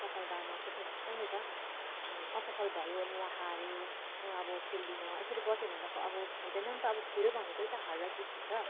सफलतामा पुग्न सक्छौँ नि त असफल भयो म हारेँ म अब खेल्दिनँ यसरी बस्यो भने त अब हुँदैन नि त अब खेल भनेकै त हार र जित हुन्छ